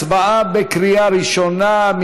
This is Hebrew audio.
הצבעה בקריאה ראשונה.